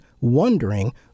wondering